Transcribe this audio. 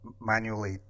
manually